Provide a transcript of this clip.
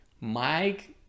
Mike